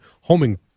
homing